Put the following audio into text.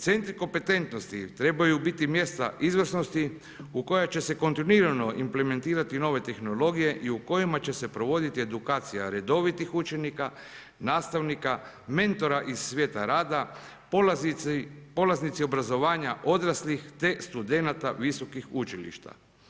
Centri kompetentnosti trebaju biti mjesta izvrsnosti u koja će se kontinuirano implementirati nove tehnologije i u kojima će se provoditi edukacija redovitih učenika, nastavnika, mentora iz svijeta rada, polaznici obrazovanja odraslih, te studenata visokih učilišta.